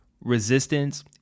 resistance